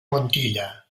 montilla